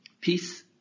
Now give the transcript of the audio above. Peace